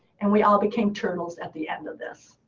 and we all became turtles at the end of this.